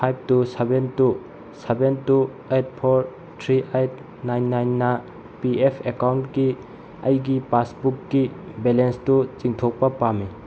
five two seven two seven two eight four three eight nine ꯅꯥꯏꯟꯅ P F ꯑꯦꯀꯥꯎꯟꯒꯤ ꯑꯩꯒꯤ ꯄꯥꯁꯕꯨꯛꯀꯤ ꯕꯦꯂꯦꯟꯁꯇꯨ ꯆꯤꯡꯊꯣꯛꯄ ꯄꯥꯝꯃꯤ